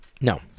No